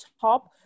top